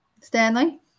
Stanley